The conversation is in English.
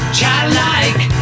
Childlike